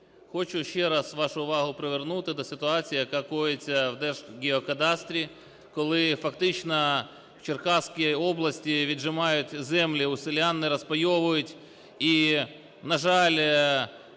Хочу ще раз вашу увагу привернути до ситуації, яка коїться в Держгеокадастрі, коли фактично в Черкаській області віджимають землі у селян, не розпайовують. І, на жаль,